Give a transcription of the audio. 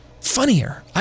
funnier